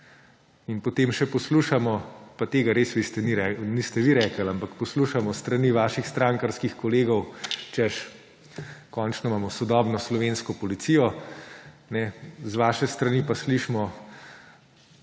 In potem še poslušamo, pa tega res niste vi rekli, ampak poslušamo s strani vaših strankarskih kolegov, češ, končno imamo sodobno slovensko policijo. Z vaše strani pa slišimo